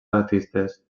artistes